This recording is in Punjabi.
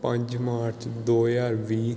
ਪੰਜ ਮਾਰਚ ਦੋ ਹਜ਼ਾਰ ਵੀਹ